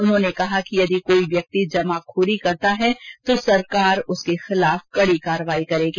उन्होंने कहा कि यदि कोई व्यक्ति जमाखोरी करता है तो सरकार उसके खिलाफ कड़ी कार्रवाई करेगी